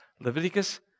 Leviticus